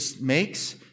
makes